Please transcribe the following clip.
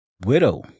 widow